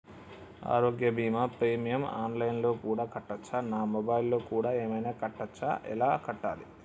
ఆరోగ్య బీమా premium online లో కూడా కట్టచ్చా? నా మొబైల్లో కూడా ఏమైనా కట్టొచ్చా? ఎలా కట్టాలి?